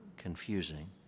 confusing